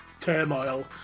turmoil